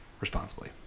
responsibly